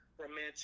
romantic